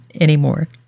anymore